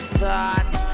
thoughts